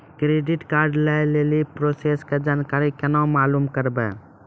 Credit card लय लेली process के जानकारी केना मालूम करबै?